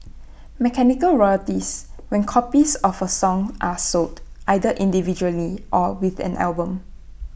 mechanical royalties when copies of A song are sold either individually or with an album